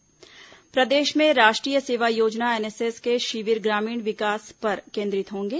NSS शिविर प्रदेश में राष्ट्रीय सेवा योजना एनएसएस के शिविर ग्रामीण विकास पर केंद्रित होंगे